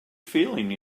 feeling